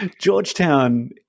Georgetown